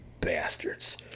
bastards